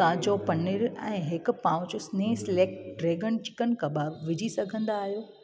ताज़ो पनीर ऐं हिक pouch Sneha select dragon chicken kebab विझी सघंदा आहियो